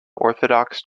orthodox